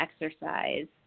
exercise